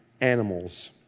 animals